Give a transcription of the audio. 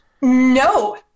no